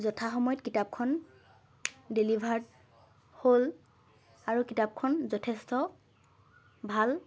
যথা সময়ত কিতাপখন ডেলিভাৰ্ড হ'ল আৰু কিতাপখন যথেষ্ট ভাল